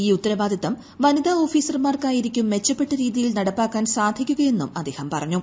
ഈ ഉത്തരവാദിത്തം വനിത ഓഫീസർമാർക്ക് ആയിരിക്കും മെച്ചപ്പെട്ട രീതിയിൽ നടപ്പാക്കാൻ സാധിക്കുക എന്നും അദ്ദേഹം പറഞ്ഞു